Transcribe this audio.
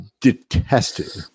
detested